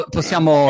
Possiamo